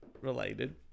related